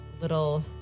little